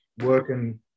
working